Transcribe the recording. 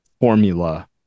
formula